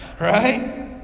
Right